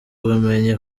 ubumenyi